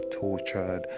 tortured